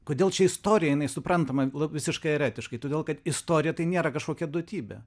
kodėl čia istorija jinai suprantama visiškai eretiškai todėl kad istorija tai nėra kažkokia duotybė